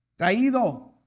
traído